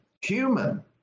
human